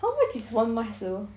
how much is one mask though